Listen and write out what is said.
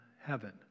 heaven